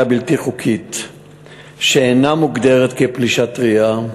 בלתי חוקית שאינה מוגדרת כפלישה טרייה.